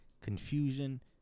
Confusion